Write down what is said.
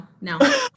no